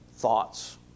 thoughts